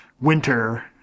winter